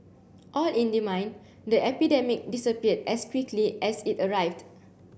all in the mind The epidemic disappeared as quickly as it arrived